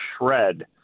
shred